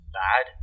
bad